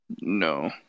No